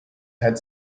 had